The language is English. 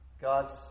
God's